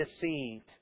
deceived